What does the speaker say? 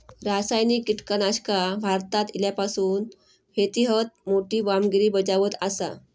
रासायनिक कीटकनाशका भारतात इल्यापासून शेतीएत मोठी कामगिरी बजावत आसा